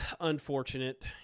unfortunate